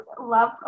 love